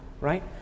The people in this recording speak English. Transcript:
right